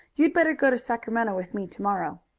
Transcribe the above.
you'd better go to sacramento with me to-morrow.